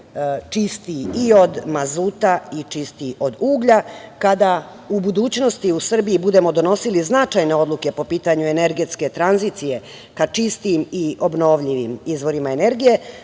čistiji i od mazuta i čistiji od uglja. Kada u budućnosti u Srbiji budemo donosili značajne odluke po pitanju energetske tranzicije ka čistijim i obnovljivim izvorima energije,